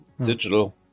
digital